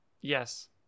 yes